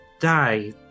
die